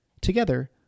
Together